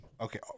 okay